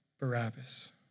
Barabbas